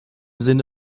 sinne